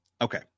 Okay